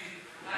חבר